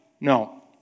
No